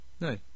no